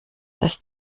dass